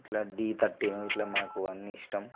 ల D thirteen ఇట్లా మనకు అన్ని ఇష్టం